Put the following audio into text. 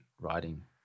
writing